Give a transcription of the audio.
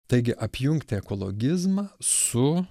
taigi apjungti ekologizmą su